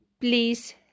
please